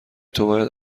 توباید